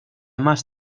más